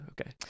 Okay